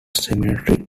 seminary